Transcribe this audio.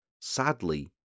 sadly